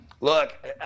look